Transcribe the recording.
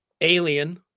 alien